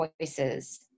voices